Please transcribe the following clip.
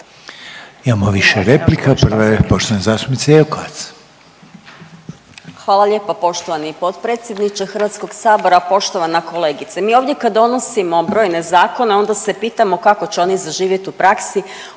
Imamo više replika. Prva je poštovane zastupnice Jelkovac.